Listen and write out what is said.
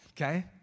Okay